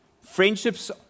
Friendships